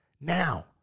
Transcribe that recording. now